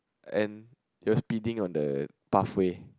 and you're speeding on the pathway